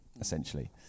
essentially